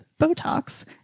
Botox